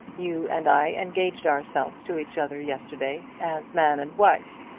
you and i engaged ourselves to each other yesterday as man and wife.